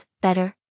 better